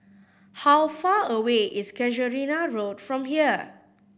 how far away is Casuarina Road from here